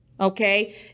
okay